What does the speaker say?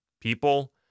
People